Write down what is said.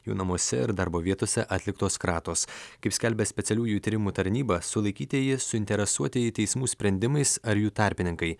jų namuose ir darbo vietose atliktos kratos kaip skelbia specialiųjų tyrimų tarnyba sulaikytieji suinteresuotieji teismų sprendimais ar jų tarpininkai